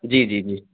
جی جی جی